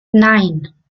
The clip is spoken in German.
nein